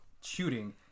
shooting